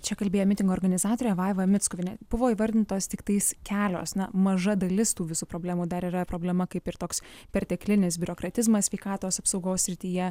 čia kalbėjo mitingo organizatorė vaiva mickuvienė buvo įvardintos tiktais kelios na maža dalis tų visų problemų dar yra problema kaip ir toks perteklinis biurokratizmas sveikatos apsaugos srityje